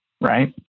right